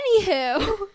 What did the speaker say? Anywho